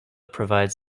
provides